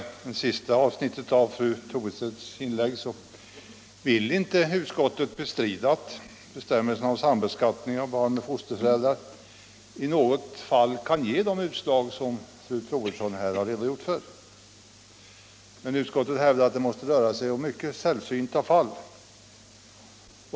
Herr talman! För att börja med det sista avsnittet i fru Troedssons inlägg vill jag säga att utskottet inte bestrider att bestämmelserna om sambeskattningen av fosterföräldrar i något fall kan ge det utslag som fru Troedsson här har redogjort för. Men utskottet hävdar att det måste röra sig om mycket sällsynta fall.